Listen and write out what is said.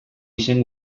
izen